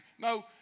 No